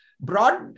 broad